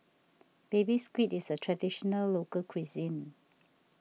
Baby Squid is a Traditional Local Cuisine